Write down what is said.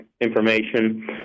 information